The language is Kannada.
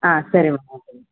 ಹಾಂ ಸರಿ ಮ್ಯಾಮ್